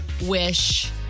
wish